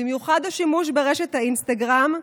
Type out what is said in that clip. במיוחד השימוש ברשת האינסטגרם,